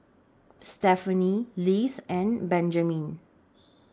Stephany Liz and Benjamine